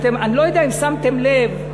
אני לא יודע אם שמתם לב,